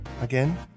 again